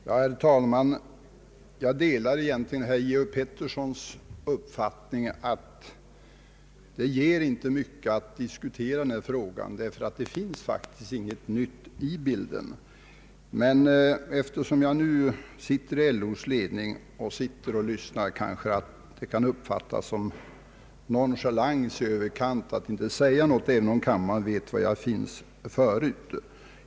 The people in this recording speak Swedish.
Herr talman! Jag delar egentligen herr Georg Petterssons uppfattning att det inte ger så mycket att diskutera denna fråga, ty det finns faktiskt inget nytt i bilden. Men eftersom jag sitter med i LO:s ledning och har lyssnat till debatten här skulle det kanske uppfattas som nonchalans i överkant att inte säga någonting, även om kammarens ledamöter känner till min ståndpunkt.